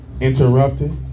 interrupted